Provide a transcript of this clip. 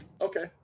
Okay